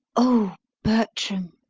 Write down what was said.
o bertram,